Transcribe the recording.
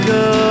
go